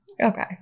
okay